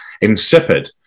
insipid